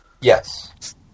Yes